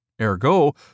Ergo